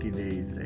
days